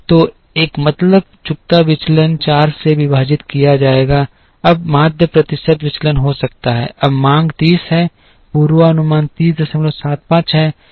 तो एक मतलब चुकता विचलन 4 से विभाजित किया जाएगा अब माध्य प्रतिशत विचलन हो सकता है अब मांग 30 है पूर्वानुमान 3075 है